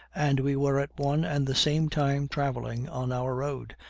and we were at one and the same time traveling on our road,